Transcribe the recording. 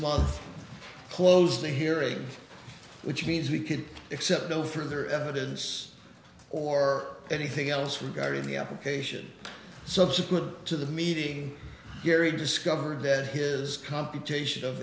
month closed the hearing which means we could accept no further evidence or anything else regarding the application subsequent to the meeting gary discovered that his computation